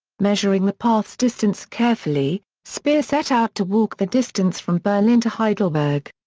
measuring the path's distance carefully, speer set out to walk the distance from berlin to heidelberg.